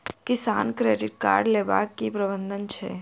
किसान credit card लेबाक की प्रावधान छै?